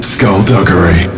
Skullduggery